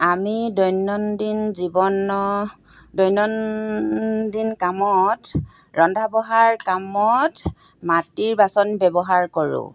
আমি দৈনন্দিন জীৱনৰ দৈনন্দিন কামত ৰন্ধা বঢ়াৰ কামত মাটিৰ বাচন ব্যৱহাৰ কৰোঁ